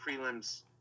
prelims